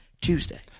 Tuesday